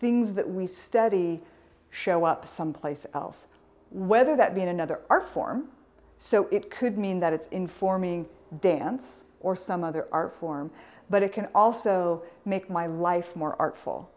things that we study show up someplace else whether that be in another our form so it could mean that it's informing dance or some other art form but it can also make my life more artful